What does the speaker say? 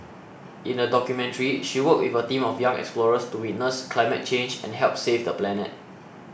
in the documentary she worked with a team of young explorers to witness climate change and help save the planet